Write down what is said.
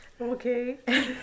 okay